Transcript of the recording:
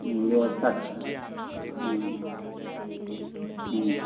व्यवस्था अच्छी है